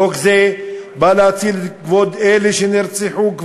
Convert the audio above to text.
חוק זה בא להציל את כבוד אלה שכבר נרצחו.